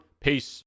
peace